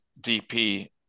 DP